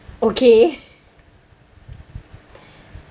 okay